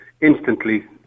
instantly